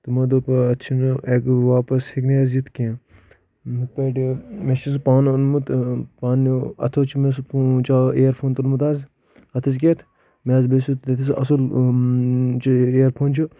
تہٕ تِمو دوپ اتھ چُھنہٕ واپس ہیٚکہِ نہٕ یتھ کینٛہہ مےٚ چُھ سُہ پانہٕ اونمُت پننیٚو اتھو چُھ مےٚ سُہ فون چا ایر فون تُلمُت حظ اتھس کیتھ مےٚ حظ سُہ باسیو اصٕل ایر فون چھُ